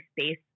space